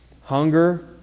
hunger